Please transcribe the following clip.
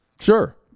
Sure